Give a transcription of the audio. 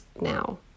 now